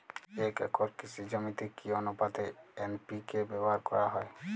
এক একর কৃষি জমিতে কি আনুপাতে এন.পি.কে ব্যবহার করা হয়?